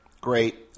great